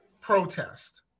protest